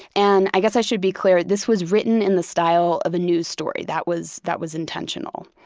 and i guess i should be clear, this was written in the style of a news story, that was that was intentional.